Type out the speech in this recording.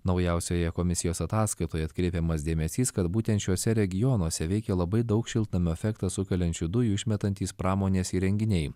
naujausioje komisijos ataskaitoje atkreipiamas dėmesys kad būtent šiuose regionuose veikė labai daug šiltnamio efektą sukeliančių dujų išmetantys pramonės įrenginiai